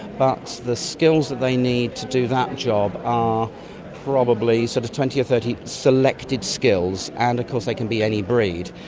but the skills that they need to do that job are probably sort of twenty or thirty selected skills, and of course they can be any breed,